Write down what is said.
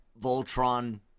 Voltron